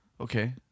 Okay